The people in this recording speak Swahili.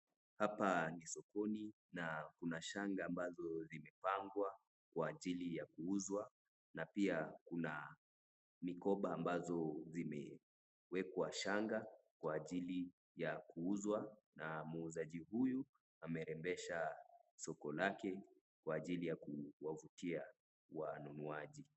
Hapa ni sokoni na kuna shanga ambazo zimepangwa kwa ajili ya kuuzwa na pia kuna mikoba ambazo zimewekwa shanga kwa ajili ya kuuzwa na muuzaji huyu amerembesha soko lake kwa ajili ya kuwavutia wanunuaji.